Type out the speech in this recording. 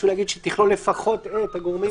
פשוט להגיד שהיא תכלול לפחות את הגורמים האלה.